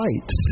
lights